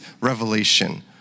revelation